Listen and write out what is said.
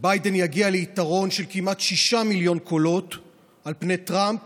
ביידן יגיע ליתרון של כמעט שישה מיליון קולות על פני טראמפ